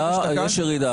לא זהה, יש ירידה.